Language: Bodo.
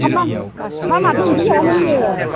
फा मा मा माथो ओंख्रि जायामोन नो